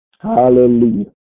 Hallelujah